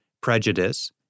prejudice